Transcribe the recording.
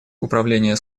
управления